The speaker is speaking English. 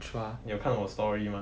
你有看我 story mah